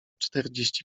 czterdzieści